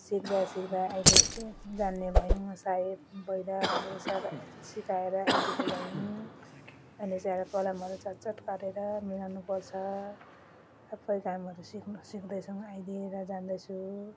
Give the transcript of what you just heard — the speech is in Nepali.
सिक्दा सिक्दा अहिले जान्ने भयौँ सायद सिकाएर यतिको भयौँ अनि चाहिँ यसलाई कलमहरू चट् चट् काटेर मिलाउनुपर्छ सबै कामहरू सिक्नु सिक्दै छौँ अहिले र जान्दछु